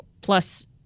plus